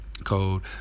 code